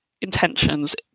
intentions